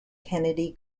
kennedy